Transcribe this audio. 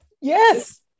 Yes